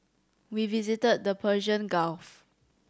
we visited the Persian Gulf